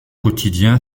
quotidien